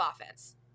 offense